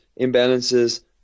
imbalances